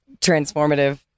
transformative